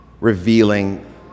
revealing